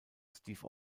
steve